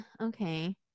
okay